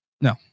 No